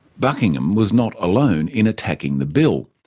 buckingham was not alone in attacking the bill.